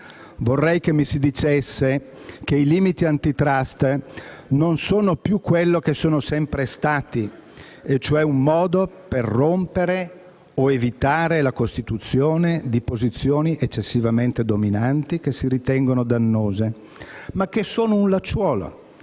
Vorrei che mi si dicesse che i limiti antitrust non sono più quello che sono sempre stati e cioè un modo per rompere o evitare la costituzione di posizioni eccessivamente dominanti che si ritengono dannose, ma che sono un lacciolo